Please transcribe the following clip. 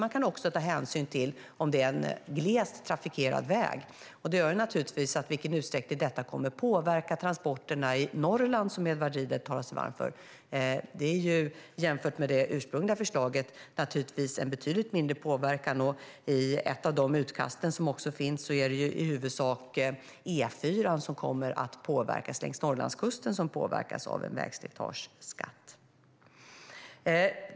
Man kan också ta hänsyn till om det är en glest trafikerad väg. Det gör naturligtvis att påverkan på transporterna i Norrland, som Edward Riedl talar sig varm för, är betydligt mindre jämfört med det ursprungliga förslaget. Ett av de utkast som finns visar att det i huvudsak är E4:an längs Norrlandskusten som påverkas av en vägslitageskatt.